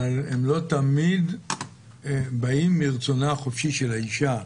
אבל הם לא תמיד באים מרצונה החופשי של האישה.